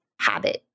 habit